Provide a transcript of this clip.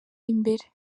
imbere